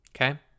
Okay